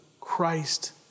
Christ